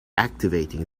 activating